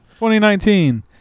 2019